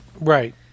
Right